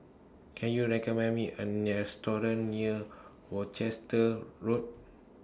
Can YOU recommend Me A Restaurant near Worcester Road